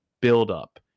build-up